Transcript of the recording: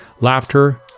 laughter